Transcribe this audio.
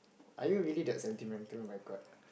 are you really that sentimental oh-my-God